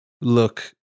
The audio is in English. look